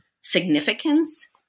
significance